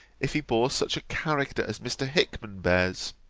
if he bore such a character as mr. hickman bears